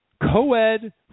Co-ed